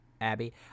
Abby